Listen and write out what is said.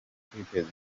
kwiteza